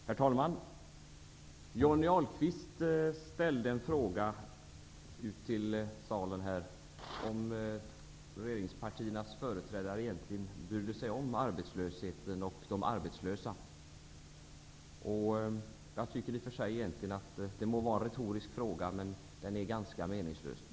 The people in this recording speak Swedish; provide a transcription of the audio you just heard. Herr talman! Johnny Ahlqvist ställde en fråga till kammaren om huruvida regeringspartiernas företrädare egentligen brydde sig om arbetslösheten och de arbetslösa. Det var i och för sig en retorisk fråga, men den är ganska meningslös.